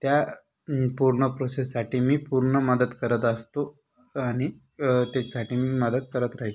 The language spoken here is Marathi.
त्या पूर्ण प्रोसेससाठी मी पूर्ण मदत करत असतो आणि त्याचसाठी मी मदत करत राहील